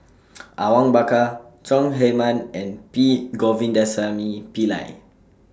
Awang Bakar Chong Heman and P Govindasamy Pillai